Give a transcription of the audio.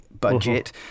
budget